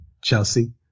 Chelsea